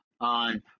on